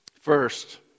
First